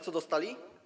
Co dostali?